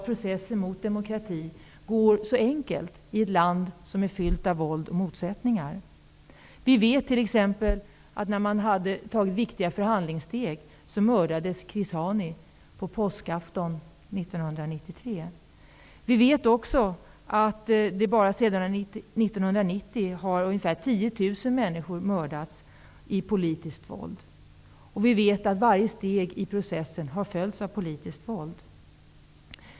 Processen mot demokrati går inte så enkelt i ett land som är fyllt av våld och motsättningar. Vi vet t.ex att när man hade tagit viktiga förhandlingssteg mördades Chris Hani på påskafton 1993. Vi vet också att bara sedan 1990 har ungefär 10 000 människor mördats genom politiskt våld. Vi vet att varje steg i processen har följts av politiskt våld.